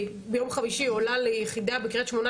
ביום חמישי עולה ליחידה בקרית שמונה